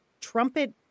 trumpet